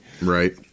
Right